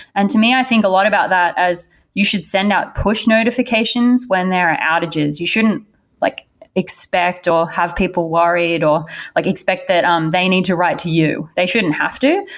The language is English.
and to me, i think a lot about that as you should send out push notifications when there are outages. you shouldn't like expect or have people worried or like expect that um they need to write to you. they shouldn't have to.